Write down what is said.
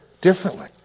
differently